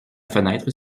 fenêtre